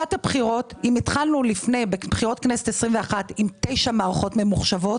בוועדת הבחירות התחלנו בבחירות לכנסת 21 עם 9 מערכות ממוחשבות,